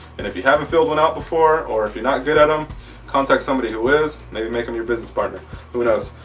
and if you haven't filled one out before or if you're not good at them contact somebody who is maybe make them your business partner who knows.